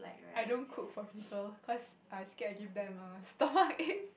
I don't cook for people cause I scared I give them err stomachache